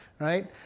Right